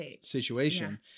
situation